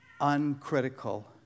uncritical